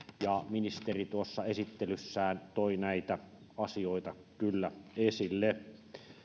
ministeri tuossa esittelyssään toi näitä asioita kyllä esille